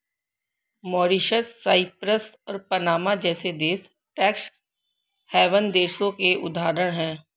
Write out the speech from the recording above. Mauritius, Cyprus और Panama जैसे देश टैक्स हैवन देशों के उदाहरण है